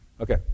Okay